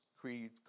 Creed